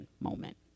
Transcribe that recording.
moment